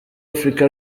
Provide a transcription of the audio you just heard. africa